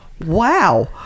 Wow